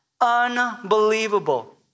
Unbelievable